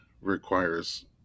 requires